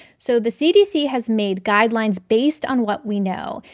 so the cdc has made guidelines based on what we know.